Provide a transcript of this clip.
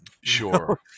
Sure